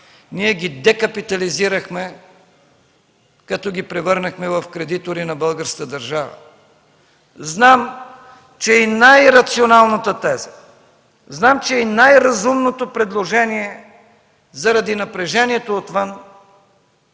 ние ги декапитализирахме, като ги превърнахме в кредитори на българската държава. Знам, че и най-рационалната теза, знам, че и най-разумното предложение заради напрежението отвън